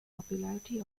popularity